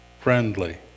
friendly